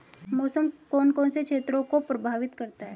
मौसम कौन कौन से क्षेत्रों को प्रभावित करता है?